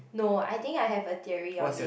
no I think I have a theory on it